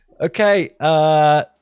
Okay